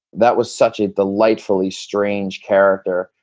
that was such a delightfully strange character,